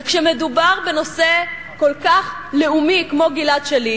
וכשמדובר בנושא כל כך לאומי כמו גלעד שליט,